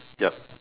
yup